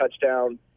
touchdown